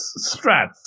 Strats